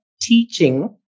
teaching